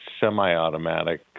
semi-automatic